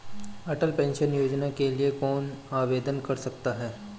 अटल pension Yojana के लिए कौन आवेदन कर सकता है?